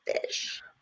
fish